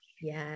Yes